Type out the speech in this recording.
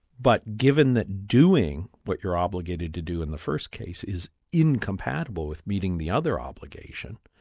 but given that doing what you're obligated to do in the first case, is incompatible with meeting the other obligation,